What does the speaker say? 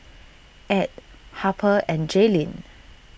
Add Harper and Jaylin